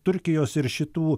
turkijos ir šitų